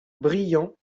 brillant